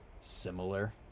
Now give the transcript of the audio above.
similar